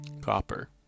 Copper